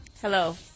Hello